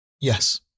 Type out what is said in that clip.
Yes